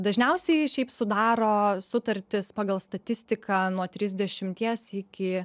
dažniausiai šiaip sudaro sutartis pagal statistiką nuo trisdešimties iki